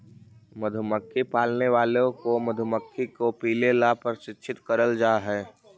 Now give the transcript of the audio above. मधुमक्खी पालने वालों को मधुमक्खी को पीले ला प्रशिक्षित करल जा हई